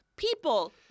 People